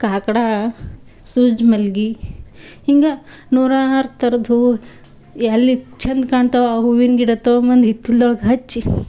ಕಾಕಡ ಸೂಜಿ ಮಲ್ಗಿ ಹಿಂಗೆ ನೂರಾರು ಥರದ ಹೂವು ಎಲ್ಲಿ ಛಂದ ಕಾಣ್ತವೋ ಆ ಹೂವಿನ ಗಿಡ ತಗೊಂಬಂದು ಹಿತ್ಲ್ದೊಳಗ ಹಚ್ಚಿ